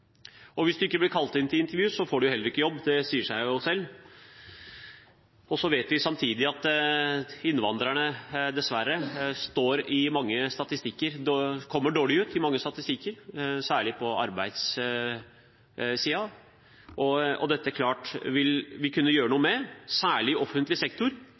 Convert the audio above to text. Og hvis du ikke blir kalt inn til intervju, får du heller ikke jobb. Det sier seg jo selv. Så vet vi samtidig at innvandrere dessverre kommer dårlig ut i mange statistikker, særlig på arbeidssiden. Dette vil vi helt klart kunne gjøre noe med, særlig i offentlig sektor,